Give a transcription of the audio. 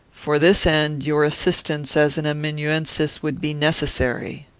for this end, your assistance as an amanuensis would be necessary.